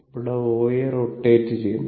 ഇവിടെ OA rotate ചെയ്യുന്നു